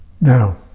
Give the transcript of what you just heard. Now